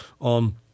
on